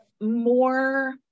more